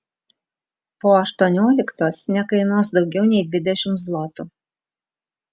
po aštuonioliktos nekainuos daugiau nei dvidešimt zlotų